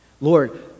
Lord